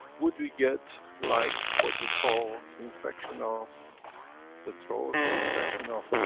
would we get like what we call, infection of the throat or infection of